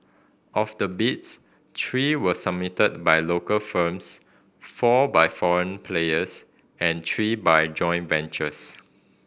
of the bids three were submitted by local firms four by foreign players and three by joint ventures